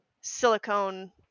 silicone